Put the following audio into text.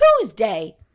Tuesday